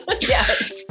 yes